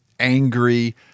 angry